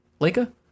Leica